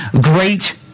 great